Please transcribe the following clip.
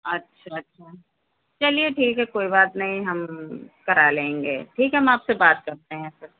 अच्छा अच्छा चलिए ठीक है कोई बात नहीं हम करा लेंगे ठीक है हम आपसे बात करते हैं फिर